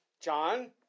John